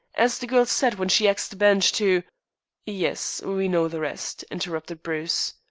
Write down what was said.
as the girl said when she axed the bench to yes, we know the rest, interrupted bruce,